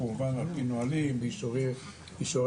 כמובן על פי נהלים ואישורי משטרה.